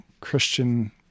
Christian